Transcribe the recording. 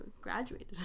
graduated